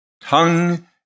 tongue